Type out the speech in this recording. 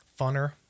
funner